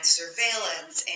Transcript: surveillance